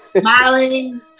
Smiling